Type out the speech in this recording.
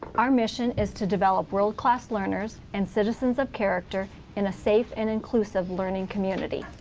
our mission is to develop world-class learners and citizens of character in a safe and inclusive learning community.